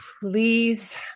Please